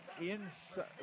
inside